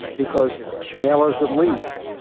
because mailers would leave.